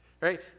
Right